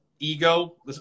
Ego